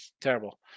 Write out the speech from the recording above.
Terrible